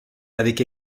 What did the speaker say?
avec